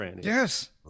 yes